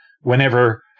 whenever